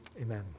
Amen